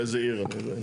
באיזה עיר אתה?